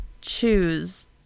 choose